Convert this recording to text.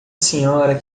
senhora